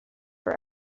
for